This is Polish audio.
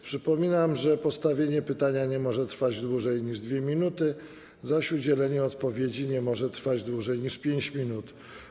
Przypominam, że postawienie pytania nie może trwać dłużej niż 2 minuty, zaś udzielenie odpowiedzi nie może trwać dłużej niż 5 minut.